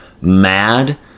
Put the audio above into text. mad